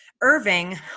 Irving